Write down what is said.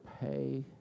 pay